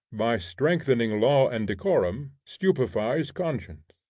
by strengthening law and decorum, stupefies conscience.